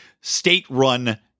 state-run